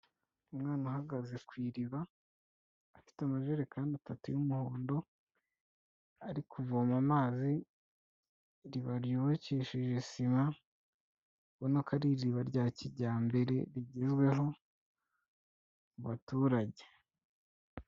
Umwana ahagaze ku iriba, afite amajerekani atatu y'umuhondo, ari kuvoma amazi, iriba ryubakishije sima, ubona ko ari iriba rya kijyambere rigezweho mu baturage.